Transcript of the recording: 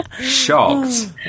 Shocked